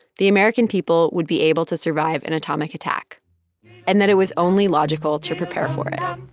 the american people would be able to survive an atomic attack and that it was only logical to prepare for it